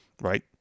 right